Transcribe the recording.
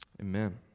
Amen